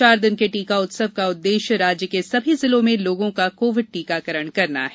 चार दिन के टीका उत्सव का उद्देश्य राज्य के सभी जिलों में लोगों का कोविड टीकाकरण करना है